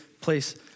place